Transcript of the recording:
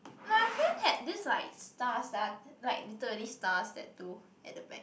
like I feel that this like star star like literally stars tattoo at the back